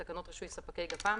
לתקנות רישוי ספקי גפ"מ